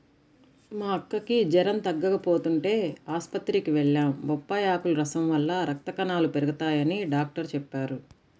మా అక్కకి జెరం తగ్గకపోతంటే ఆస్పత్రికి వెళ్లాం, బొప్పాయ్ ఆకుల రసం వల్ల రక్త కణాలు పెరగతయ్యని డాక్టరు చెప్పారు